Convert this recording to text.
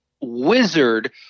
wizard